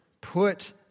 put